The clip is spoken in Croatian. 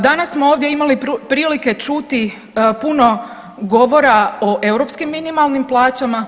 Danas smo ovdje imali prilike čuti puno govora o europskim minimalnim plaćama.